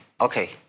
Okay